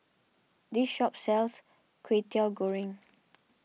this shop sells Kwetiau Goreng